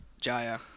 Jaya